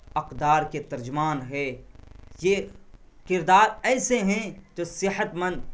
اقدار کے ترجمان ہیں یہ کردار ایسے ہیں جو صحت مند